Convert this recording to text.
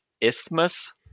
isthmus